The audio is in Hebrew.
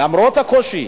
למרות הקושי,